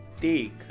take